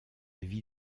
vie